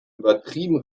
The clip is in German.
übertrieben